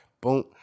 Boom